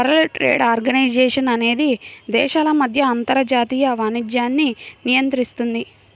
world Trade Organization అనేది దేశాల మధ్య అంతర్జాతీయ వాణిజ్యాన్ని నియంత్రిస్తుంది